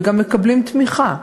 והם גם מקבלים תמיכה,